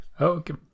okay